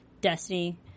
Destiny